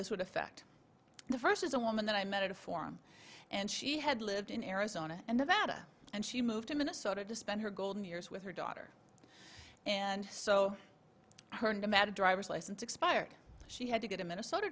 this would affect the first is a woman that i met at a form and she had lived in arizona and nevada and she moved to minnesota to spend her golden years with her daughter and so her and demanded driver's license expired she had to get a minnesota